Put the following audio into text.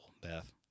Beth